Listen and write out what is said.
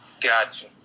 gotcha